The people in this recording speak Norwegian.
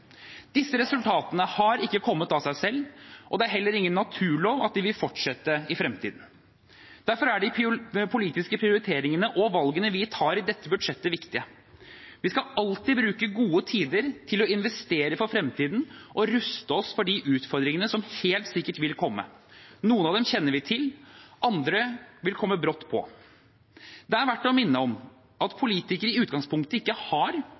Disse resultatene har ikke kommet av seg selv, og det er heller ingen naturlov at det vil fortsette i fremtiden. Derfor er de politiske prioriteringene og valgene vi tar i dette budsjettet, viktige. Vi skal alltid bruke gode tider til å investere for fremtiden og ruste oss for de utfordringene som helt sikkert vil komme. Noen av dem kjenner vi til, andre vil komme brått på. Det er verdt å minne om at politikere i utgangspunktet ikke har